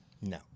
No